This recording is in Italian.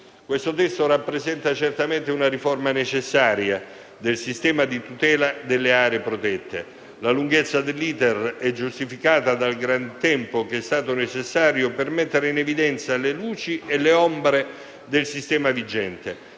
testo in esame rappresenta certamente una riforma necessaria del sistema di tutela delle aree protette. La lunghezza dell'*iter* è giustificata dal gran tempo che è stato necessario per mettere in evidenza le luci e le ombre del sistema vigente,